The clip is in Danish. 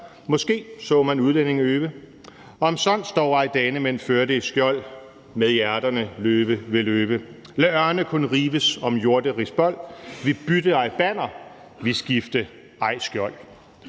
sold/måske så man udlænding øve;/omsonst dog ej danemænd førte i skjold/ med hjerterne løve ved løve;/lad ørne kun rives om jorderigs bold!/vi bytte ej banner, vi skifte ej skjold.«